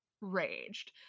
raged